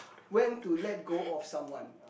when to let go on someone